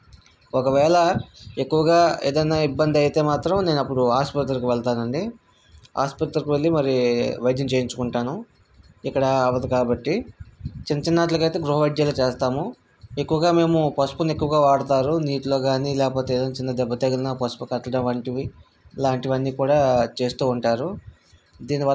ఒకవేళ ఎక్కువగా ఏదైనా ఇబ్బంది అయితే మాత్రం నేను అప్పుడు ఆస్పత్రికి వెళ్తానండి హాస్పిటల్కి వెళ్లి మరి వైద్యం చేయించుకుంటాను ఇక్కడ అవ్వదు కాబట్టి చిన్న చిన్న వాటికి అయి తే గృహ వైద్యాలు చేస్తాము ఎక్కువగా మేము పసుపును ఎక్కువగా వాడతారు నీటిలో కాని లేకపోతె ఏదైనా చిన్న దెబ్బ తగిలినా కాని పసుపు కట్టడం కాని ఇలాంటివన్నీ కూడా చేస్తూ ఉంటారు దీని వలన